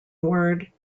word